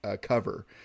cover